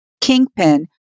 kingpin